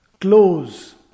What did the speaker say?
close